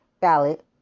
ballot